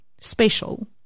special